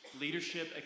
Leadership